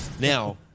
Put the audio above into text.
Now